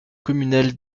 communale